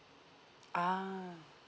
ah